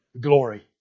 glory